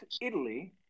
Italy